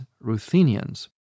Ruthenians